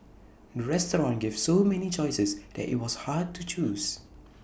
the restaurant gave so many choices that IT was hard to choose